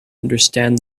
understand